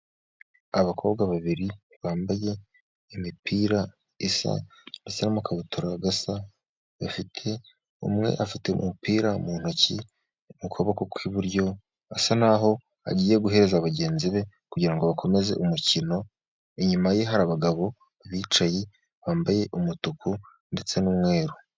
Abakobwa babiri bambaye imipira isa hasi ni amakabutura asa bafite; umwe afite umupira mu ntoki mu kuboko kw' iburyo asa naho agiye guheza bagenzi be, kugira ngo bakomeze umukino, inyuma ye hari abagabo bicaye bambaye umutuku ndetse n' umweru.